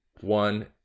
one